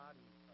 Body